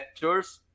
vectors